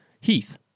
Heath